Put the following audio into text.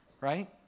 right